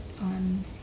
on